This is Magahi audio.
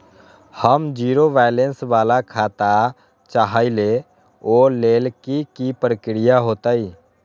हम जीरो बैलेंस वाला खाता चाहइले वो लेल की की प्रक्रिया होतई?